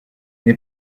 n’ai